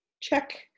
Check